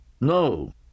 No